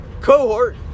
cohort